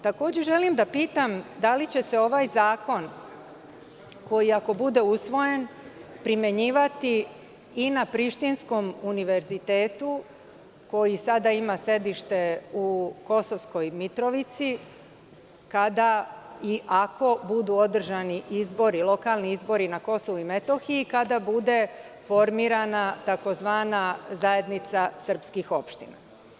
Takođe, želim da pitam da li će se ovaj zakon, ako bude usvojen, primenjivati i na Prištinskom univerzitetu, koji sada ima sedište u Kosovskoj Mitrovici, kada i ako budu održani lokalni izbori na Kosovu i Metohiji i kada bude formirana tzv. zajednica srpskih opština?